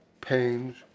Pains